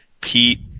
Pete